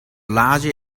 large